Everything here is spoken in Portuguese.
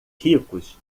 ricos